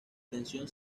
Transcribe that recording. tensión